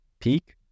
Peak